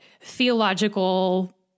theological